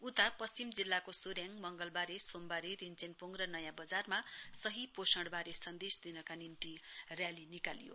उता पश्चिम जिल्लाको सोरेङ मंगलबारे सोमबारे रिञ्चेनपोङ र नयाँ बजारमा सही पोषणबारे सन्देश दिनका निम्ति रयाली निकालियो